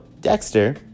Dexter